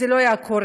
זה לא היה קורה.